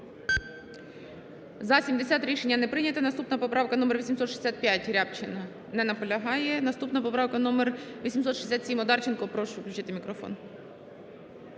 За-70 Рішення не прийняте. Наступна поправка номер 865 Рябчина. Не наполягає. Наступна поправка номер 867. Одарченко прошу включити мікрофон.